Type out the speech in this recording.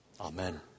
Amen